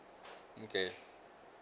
okay